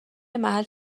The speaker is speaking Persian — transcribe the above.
محل